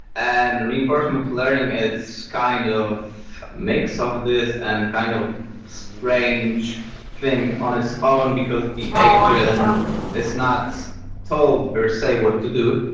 and reinforcement learning, it's kind of makes of this and kind of strange thing on its own because the agent is not told or said what to do.